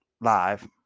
live